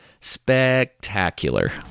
Spectacular